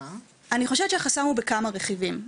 אני חושבת שהחסם הוא בכמה רכיבים.